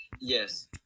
yes